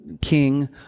King